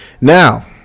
Now